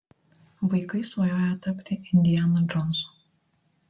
vaikai svajoja tapti indiana džonsu